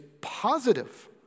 positive